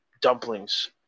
dumplings